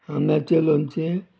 आम्याचें लोणचें